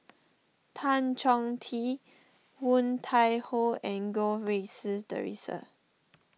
Tan Chong Tee Woon Tai Ho and Goh Rui Si theresa